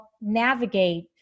navigate